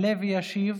יעלה וישיב